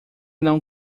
não